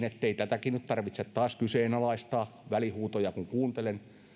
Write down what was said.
ettei tätäkin nyt tarvitse taas kyseenalaistaa välihuutoja kun kuuntelen